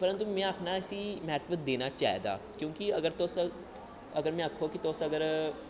परन्तु में आक्खना इसी म्हत्तव देना चाहिदा क्योंकि अगर तुस में इयां आक्खो कि अगर तुस